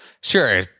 sure